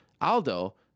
Aldo